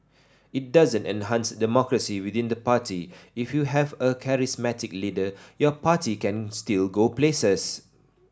it doesn't enhance democracy within the party if you have a charismatic leader your party can still go places